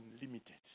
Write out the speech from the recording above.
unlimited